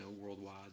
worldwide